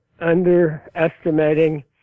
underestimating